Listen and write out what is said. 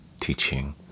Teaching